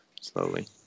slowly